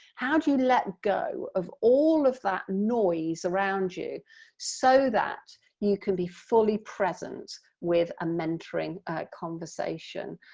how do you let go of all of that noise around you so that you can be fully present with a mentoring conversation?